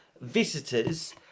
visitors